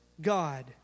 god